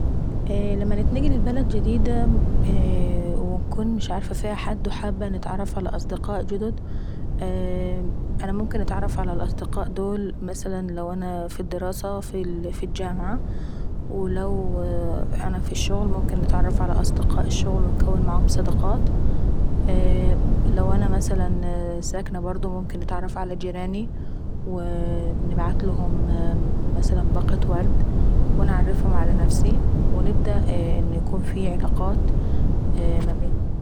لما نتنقل لبلد جديدا ام ونكون مش عارفة فيها حد وحابة نتعرف على أصدقاء جدد ، ممكن نتعرف على الأصدقاء دو مثلا و انا في الدراسة في الجامعاه. ولو انا ف الشغل ممكن نتعرف على أصدقاء الشغل ونكون معاهم صداقات. لة انا مثلا ساكنة برضو ممكن نتعرف على جيراني ووو نبعتلهم مثلا باقة ورد ونعرفهم على نفسي ونبدا انه يكون في علاقات ما بيني.